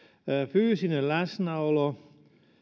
fyysinen läsnäolo